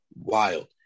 Wild